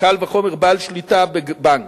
קל וחומר בעל שליטה, בבנק,